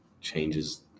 changes